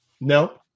No